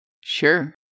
Sure